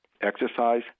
Exercise